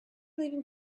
leaving